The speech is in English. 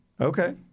Okay